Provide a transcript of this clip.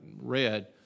read